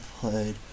played